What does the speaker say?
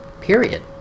period